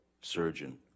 surgeon